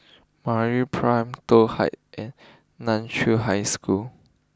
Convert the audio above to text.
MeraPrime Toh Heights and Nan Chiau High School